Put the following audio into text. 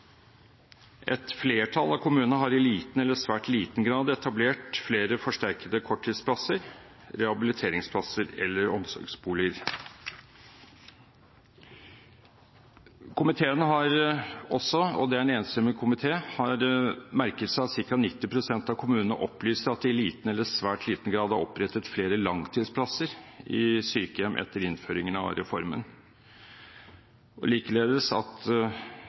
Et flertall av kommunene har i liten eller svært liten grad etablert flere forsterkede korttidsplasser, rehabiliteringsplasser eller omsorgsboliger. Komiteen har også – og det er en enstemmig komité – merket seg at ca. 90 pst. av kommunene opplyser at de i liten eller svært liten grad har opprettet flere langtidsplasser i sykehjem etter innføringen av reformen. Likeledes har komiteen festet seg ved at